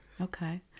okay